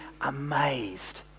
amazed